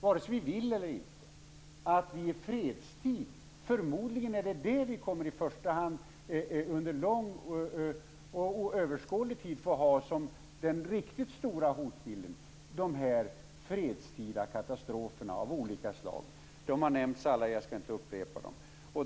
Vare sig vi vill eller inte kommer vi under överskådlig tid att få leva med att i första hand de fredstida katastroferna av olika slag är de som utgör den riktigt stora hotbilden. De har alla nämnts, jag skall inte upprepa dem.